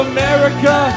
America